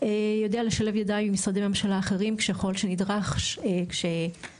עם משרדי ממשלה אחרים ככל שנדרש כשנושא